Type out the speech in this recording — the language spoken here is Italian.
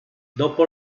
dopo